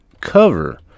cover